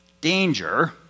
Danger